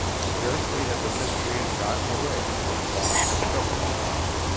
scarcely had the miscreant gotten away when baughn discovered the loss.